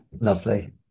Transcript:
Lovely